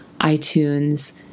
iTunes